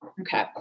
Okay